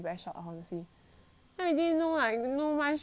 then already like not much choices already jessie